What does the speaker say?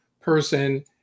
person